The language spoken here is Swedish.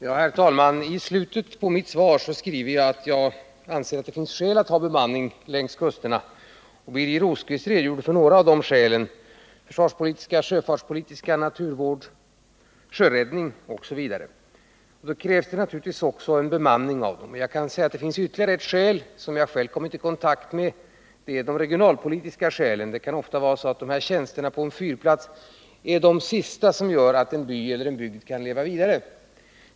Herr talman! I slutet av mitt svar säger jag att jag anser att det finns skälatt Om bemanningen ha bemanning längs kusterna, och Birger Rosqvist redogjorde för några avde av fyrar m.m. skälen. Det är försvarspolitiska och sjöfartspolitiska skäl, naturvårdsoch sjöräddningsskäl m.m. Av dessa skäl krävs det naturligtvis en bemanning längs kusterna. Jag kan säga att det finns ytterligare skäl, som jag själv kommit i kontakt med, och det är de regionalpolitiska skälen. Det kan ofta vara så att tjänsterna på en fyrplats är de sista som gör att en bygd kan leva vidare.